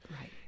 Right